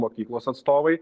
mokyklos atstovai